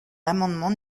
l’amendement